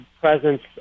presence